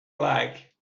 like